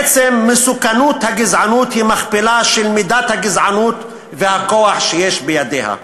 בעצם מסוכנות הגזענות היא מכפלה של מידת ההשפעה והכוח שיש בידיה.